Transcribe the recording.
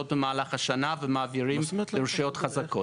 במהלך השנה ומעבירים לרשויות חזקות,